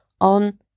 on